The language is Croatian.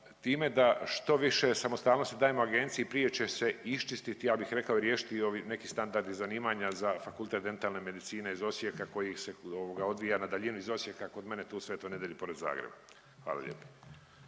time da što više samostalnosti dajemo agencije prije će se iščistiti, ja bih rekao i riješiti neki ovi standardi zanimanja za Fakultet dentalne medicine iz Osijeka koji se ovoga odvija na daljinu iz Osijeka kod mene tu u Svetoj Nedelji pored Zagreba. Hvala lijepo.